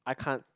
I can't